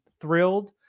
thrilled